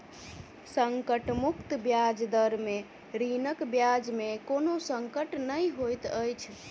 संकट मुक्त ब्याज दर में ऋणक ब्याज में कोनो संकट नै होइत अछि